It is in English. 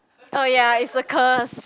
oh ya it's a curse